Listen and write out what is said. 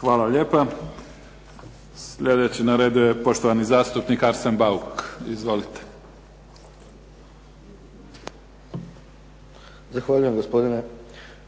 Hvala lijepa. Slijedeći na redu je poštovani zastupnik Arsen Bauk. Izvolite. **Bauk, Arsen (SDP)** Zahvaljujem, gospodine